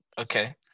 okay